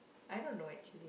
I don't know actually